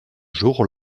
jour